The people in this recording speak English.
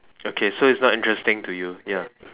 okay so it's not interesting to you ya